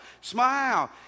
smile